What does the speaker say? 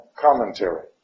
commentary